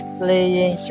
playing